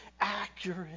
accurate